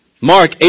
Mark